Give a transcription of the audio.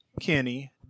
Kenny